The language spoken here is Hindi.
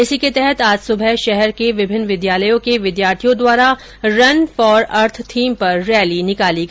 इसी के तहत आज सुबह शहर के विभिन्न विद्यालयों के विद्यार्थियों द्वारा रन फॉर अर्थ थीम पर रैली का आयोजन किया गया